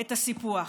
את הסיפוח,